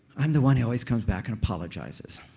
i'm the one who always comes back and apologizes.